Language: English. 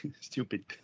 stupid